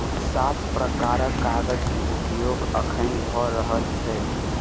सात प्रकारक कागज के उपयोग अखैन भ रहल छै